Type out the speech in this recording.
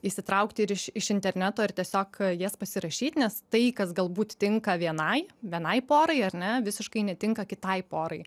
išsitraukti ir iš iš interneto ir tiesiog jas pasirašyt nes tai kas galbūt tinka vienai vienai porai ar ne visiškai netinka kitai porai